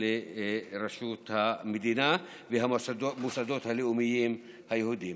לרשות המדינה והמוסדות הלאומיים היהודיים.